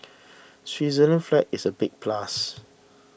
Switzerland's flag is a big plus